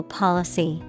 policy